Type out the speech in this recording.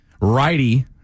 righty